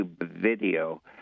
video